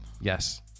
Yes